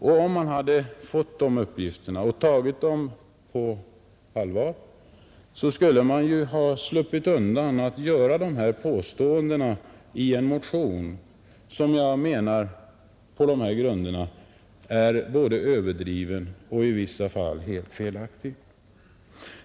Om han hade fått de här uppgifterna och tagit dem på allvar, skulle man ju ha sluppit att göra de här påståendena i en motion, som jag menar är både överdrivna och i vissa avseenden helt felaktiga.